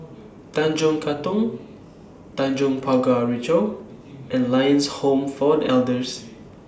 Tanjong Katong Tanjong Pagar Ricoh and Lions Home For The Elders